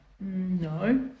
No